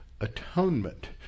atonement